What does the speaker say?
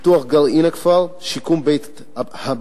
פיתוח גרעין הכפר, שיקום בית-הבד,